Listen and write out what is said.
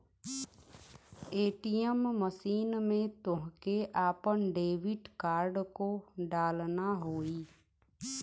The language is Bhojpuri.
ए.टी.एम मशीन में तोहके आपन डेबिट कार्ड को डालना होई